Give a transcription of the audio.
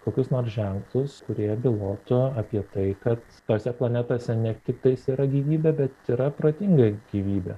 kokius nors ženklus kurie bylotų apie tai kad tose planetose ne tiktais yra gyvybė bet yra protinga gyvybė